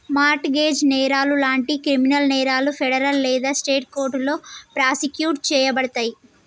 mart gauge నేరాలు లాంటి criminal నేరాలు ఫెడరల్ లేదా స్టేట్ కోర్టులో ప్రాసిక్యూట్ చేయబడతయి